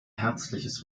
herzliches